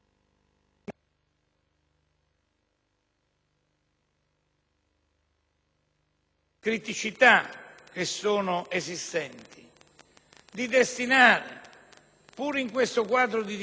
criticità esistenti; a destinare, pur in questo quadro di difficoltà, maggiori risorse